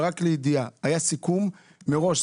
רק לידיעה, היה סיכום מראש.